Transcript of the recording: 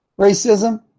Racism